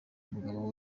umugabo